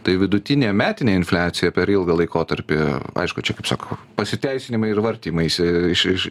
tai vidutinė metinė infliacija per ilgą laikotarpį aišku čia kaip sako pasiteisinimai ir vartymaisi iš iš